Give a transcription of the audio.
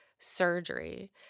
Surgery